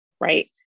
Right